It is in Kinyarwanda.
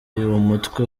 umutwe